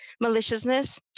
maliciousness